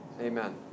amen